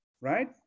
right